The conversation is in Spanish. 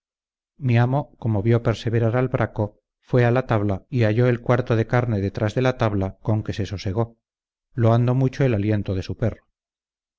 mi amo como vió perseverar al braco fué a la tabla y halló el cuarto de carne detrás de la tabla con que se sosegó loando mucho el aliento de su perro